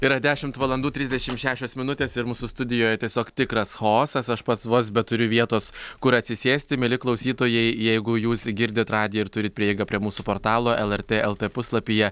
yra dešimt valandų trisdešimt šešios minutės ir mūsų studijoje tiesiog tikras chaosas aš pats vos beturiu vietos kur atsisėsti mieli klausytojai jeigu jūs girdit radiją ir turit prieigą prie mūsų portalo lrt lt puslapyje